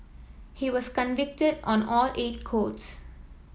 he was convicted on all eight courts